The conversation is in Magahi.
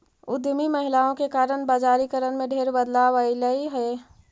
उद्यमी महिलाओं के कारण बजारिकरण में ढेर बदलाव अयलई हे